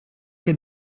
che